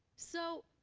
so,